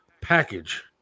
package